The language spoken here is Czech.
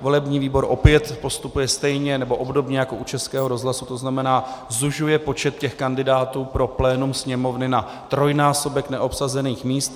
Volební výbor opět postupuje stejně, nebo obdobně jako u Českého rozhlasu, tzn. zužuje počet kandidátů pro plénum Sněmovny na trojnásobek neobsazených míst.